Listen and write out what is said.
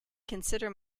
consider